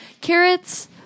Carrots